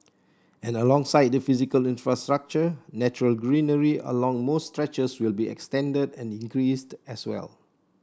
and alongside the physical infrastructure natural greenery along most stretches will be extended and increased as well